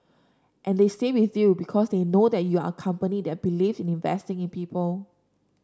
and they say with you because they know that you are a company that believe in investing in people